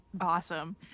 Awesome